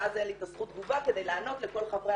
ואז אין לי את זכות התגובה כדי לענות לכל חברי